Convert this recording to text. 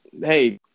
Hey